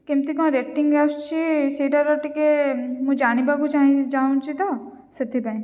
କେମିତି କ'ଣ ରେଟିଂ ଆସୁଛି ସେଇଟାର ଟିକିଏ ମୁଁ ଜାଣିବାକୁ ଚାହୁଁଛି ତ ସେଥିପାଇଁ